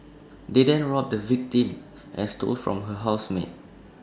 they then robbed the victim and stole from her housemate